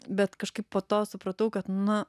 bet kažkaip po to supratau kad na